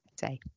say